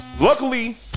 Luckily